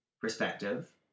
perspective